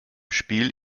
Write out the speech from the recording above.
spiel